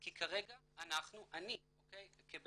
כי כרגע אנחנו, אני כבנאדם,